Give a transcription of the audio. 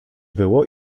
było